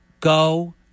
go